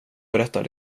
berättar